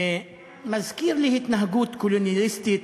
ומזכיר לי התנהגות קולוניאליסטית